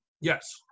Yes